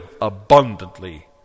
abundantly